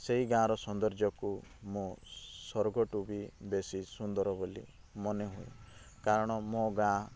ସେଇ ଗାଁ ର ସୌନ୍ଦର୍ଯ୍ୟ କୁ ମୁଁ ସ୍ଵର୍ଗ ଠୁ ବି ବେଶୀ ସୁନ୍ଦର ବୋଲି ମନେ ହୁଏ କାରଣ ମୋ ଗାଁ